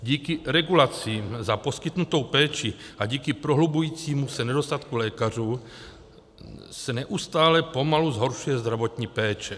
Díky regulacím za poskytnutou péči a díky prohlubujícímu se nedostatku lékařů se neustále pomalu zhoršuje zdravotní péče.